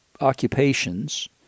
occupations